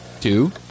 two